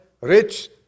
rich